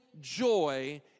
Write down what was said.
joy